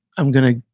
i'm going to